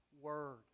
word